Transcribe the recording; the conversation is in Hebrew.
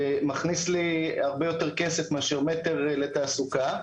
מאשר מטר לתעסוקה.